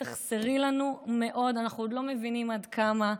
את תחסרי לנו מאוד, אנחנו עוד לא מבינים עד כמה.